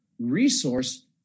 resource